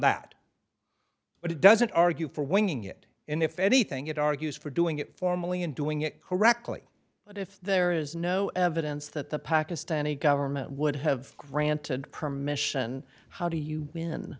that but it doesn't argue for winning it in if anything it argues for doing it formally and doing it correctly but if there is no evidence that the pakistani government would have granted permission how do you